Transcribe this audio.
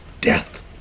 death